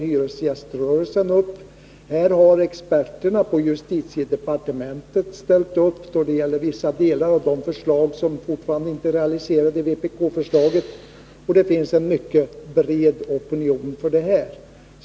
Hyresgäströrelsen ställer upp, och experterna på justitiedepartementet har ställt upp då det gäller vissa delar av de förslag som fortfarande inte är realiserade i vpk:s ursprungliga förslag. Det finns också en mycket bred opinion för detta.